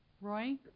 Roy